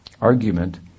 argument